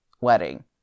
wedding